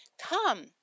Come